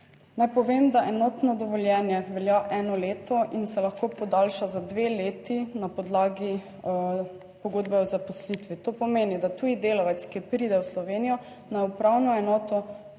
Naj povem, da enotno dovoljenje velja eno leto in se lahko podaljša za dve leti na podlagi pogodbe o zaposlitvi. To pomeni, da tuji delavec, ki pride v Slovenijo na upravno enoto mora